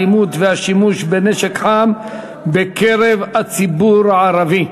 האלימות והשימוש בנשק חם בקרב הציבור הערבי.